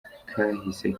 kahise